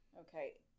Okay